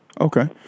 Okay